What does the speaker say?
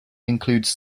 includes